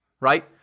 right